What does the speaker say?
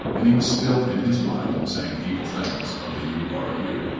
and he was still, in his mind, saying evil things of the u. r. u.